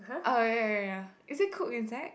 oh ya ya ya is it cooked inside